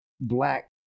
black